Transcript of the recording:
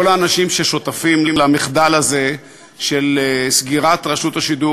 כל האנשים ששותפים למחדל הזה של סגירת רשות השידור